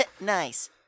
Nice